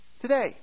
Today